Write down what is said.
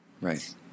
Right